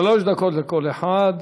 שלוש דקות לכל אחד.